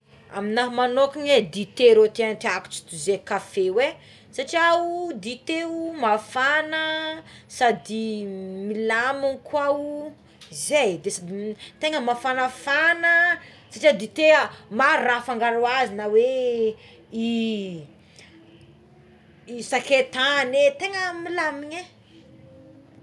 Amignahy manokane é dite rô tiatiako to iza kafe io satria dite o mafana sady milaminy koa o zay tegna mafanafana satria dite maro raha afangaro azy na oé i sakaitany e tegna milamigne.